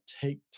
take